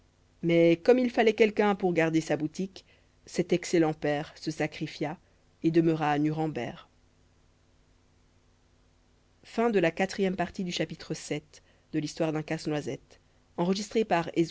mais comme il fallait quelqu'un pour garder sa boutique cet excellent père se sacrifia et demeura à nuremberg